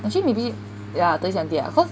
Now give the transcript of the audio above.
actually maybe yeah thirty seventy lah cause